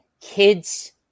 kids